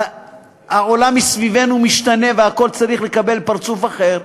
שהעולם סביבנו משתנה והכול צריך לקבל פרצוף אחר.